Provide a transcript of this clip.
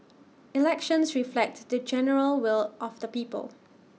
elections reflect the general will of the people